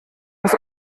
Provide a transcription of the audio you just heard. des